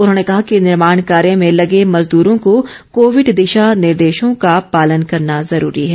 उन्होंने कहा कि निर्माण कार्य में लगे मजदूरों को कोविड दिशा निर्देशों का पालन करना ज़्रूरी है